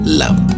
love